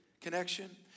connection